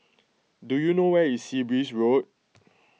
do you know where is Sea Breeze Road